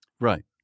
right